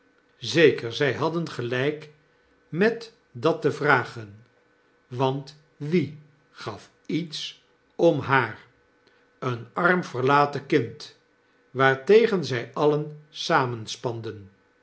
zeker zij hadden gelp met dat te vragen want w i e gaf iets om haar een arm verlaten kind waartegenzg alien